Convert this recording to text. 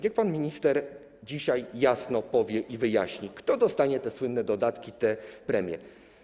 Niech pan minister dzisiaj jasno powie i wyjaśni, kto dostanie te słynne dodatki, te premie.